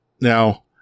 now